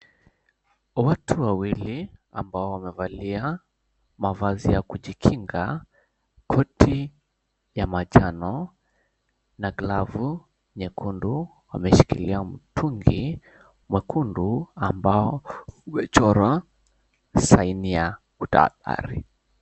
Watu wawili ambao wamevalia mavazi ya kujikinga, koti ya manjano na glavu nyekundu, wameshikilia mtungi mwekundu ambao umechorwa saini ya kutahadhari.